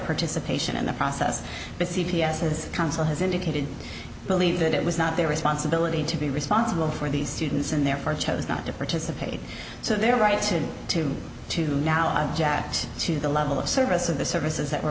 participation in the process but c p s his counsel has indicated believe that it was not their responsibility to be responsible for these students and therefore chose not to participate so their rights to to to now object to the level of service of the services that were